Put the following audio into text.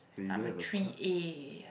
I'm a three-A